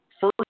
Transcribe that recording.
First